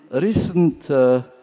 recent